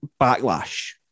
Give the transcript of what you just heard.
backlash